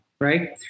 right